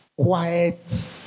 quiet